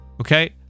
Okay